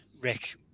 Rick